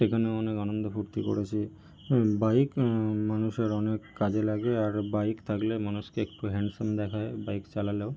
সেখানে অনেক আনন্দ ফুর্তি করেছি বাইক মানুষের অনেক কাজে লাগে আর বাইক থাকলে মানুষকে একটু হ্যান্ডসাম দেখায় বাইক চালালেও